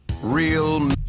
real